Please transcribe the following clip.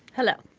hello.